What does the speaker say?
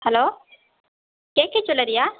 hello KK ஜுவல்லரியா